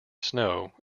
snow